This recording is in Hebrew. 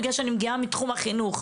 בגלל שאני מגיעה מתחום החינוך,